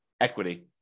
equity